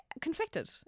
conflicted